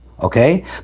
okay